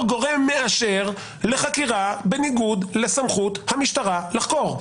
גורם מאשר לחקירה בניגוד לסמכות המשטרה לחקור?